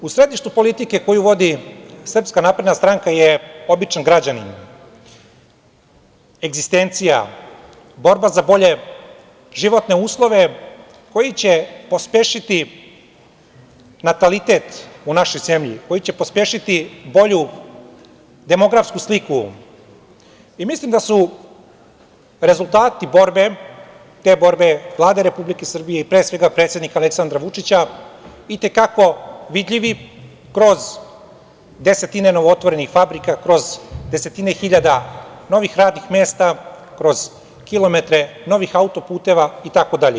U središtu politike koju vodi SNS je običan građanin, egzistencija, borba za bolje životne uslove koji će pospešiti natalitet u našoj zemlji, koji će pospešiti bolju demografsku sliku i mislim da su rezultati te borbe Vlade Republike Srbije, pre svega predsednika Aleksandra Vučića, i te kako vidljivi kroz desetine novootvorenih fabrika, kroz desetine hiljada novih radnih mesta, kroz kilometre novih autoputeva i tako dalje.